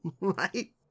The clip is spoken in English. Right